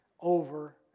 over